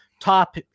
top